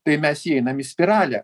tai mes įeinam į spiralę